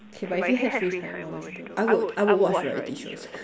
okay but if you have free time what would you do I would I would watch variety shows